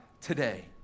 today